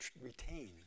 retain